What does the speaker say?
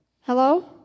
Hello